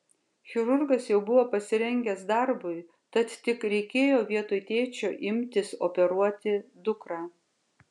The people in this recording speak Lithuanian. chirurgas jau buvo pasirengęs darbui tad tik reikėjo vietoj tėčio imtis operuoti dukrą